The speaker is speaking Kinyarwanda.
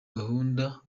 gahunda